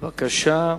בבקשה.